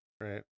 Right